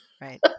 Right